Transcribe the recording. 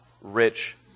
rich